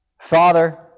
Father